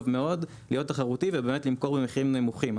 מאוד להיות תחרותי ובאמת למכור במחירים נמוכים.